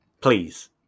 please